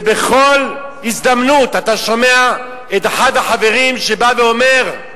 ובכל הזדמנות אתה שומע את אחד החברים אומר: